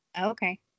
Okay